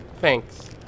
Thanks